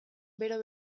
bero